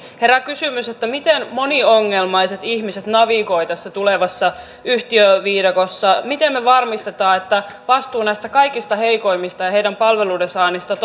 herää kysymys miten moniongelmaiset ihmiset navigoivat tässä tulevassa yhtiöviidakossa miten me varmistamme että vastuu näistä kaikista heikoimmista ja heidän palveluidensaannistaan